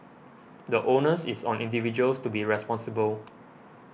the onus is on individuals to be responsible